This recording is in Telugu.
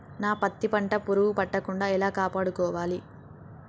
నా పత్తి పంట పురుగు పట్టకుండా ఎలా కాపాడుకోవాలి?